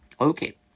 okay